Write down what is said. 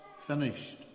finished